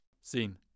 Scene